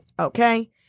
Okay